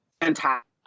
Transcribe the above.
fantastic